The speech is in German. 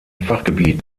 fachgebiet